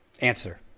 answer